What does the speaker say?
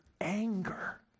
Anger